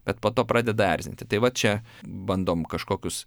bet po to pradeda erzinti tai va čia bandom kažkokius